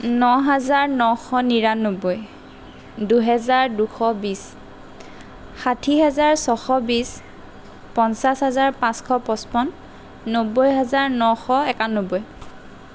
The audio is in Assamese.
ন হাজাৰ নশ নিৰান্নবৈ দুহেজাৰ দুশ বিছ ষাঠি হেজাৰ ছশ বিছ পঞ্চাছ হেজাৰ পাঁচশ পাঁচপন্ন নব্বৈ হেজাৰ নশ একানব্বৈ